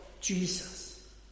Jesus